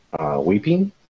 weeping